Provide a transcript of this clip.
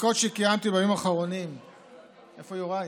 מבדיקות שקיימתי בימים האחרונים, איפה יוראי?